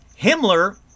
Himmler